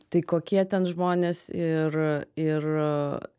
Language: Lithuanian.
tai kokie ten žmonės ir ir